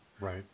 right